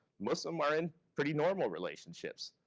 most of them are in pretty normal relationships.